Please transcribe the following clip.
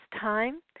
time